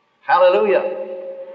Hallelujah